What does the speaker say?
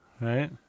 Right